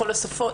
בכל השפות?